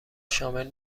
شامل